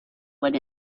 what